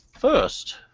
first